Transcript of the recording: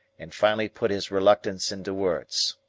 and finally put his reluctance into words.